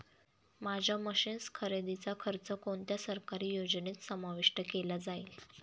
माझ्या मशीन्स खरेदीचा खर्च कोणत्या सरकारी योजनेत समाविष्ट केला जाईल?